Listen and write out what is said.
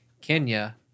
Kenya